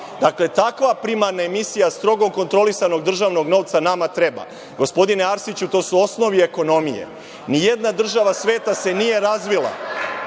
Dakle, takva primarna emisija strogo kontrolisanog državnog novca nama treba. Gospodine Arsiću, to su osnovi ekonomije. Nijedna država sveta se nije razvija,